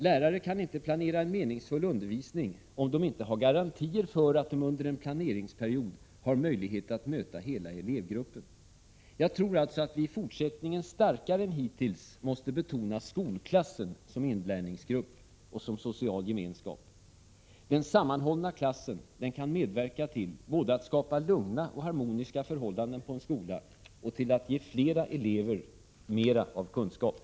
Lärare kan inte planera en meningsfull undervisning om de inte har garantier för att de under en planeringsperiod har möjlighet att möta hela elevgruppen. Jag tror alltså att vi i fortsättningen starkare än hittills måste betona skolklassen som inlärningsgrupp och som social gemenskap. Den sammanhållna klassen kan medverka både till att skapa lugna och harmoniska förhållanden på en skola och till att ge flera elever mera kunskaper.